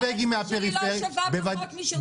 האצבע לא שווה פחות משלך,